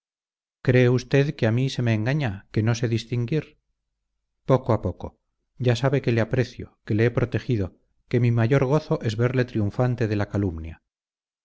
cree usted que a mí se me engaña que no sé distinguir poco a poco ya sabe que le aprecio que le he protegido que mi mayor gozo es verle triunfante de la calumnia